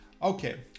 Okay